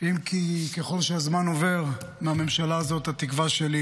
אם כי ככל שהזמן עובר, התקווה שלי